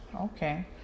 okay